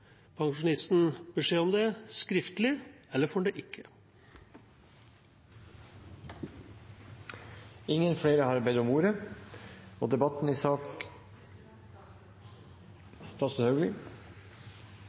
pensjonisten beskjed om det skriftlig, eller får han det ikke? Jeg opplever vel at jeg har